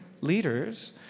leaders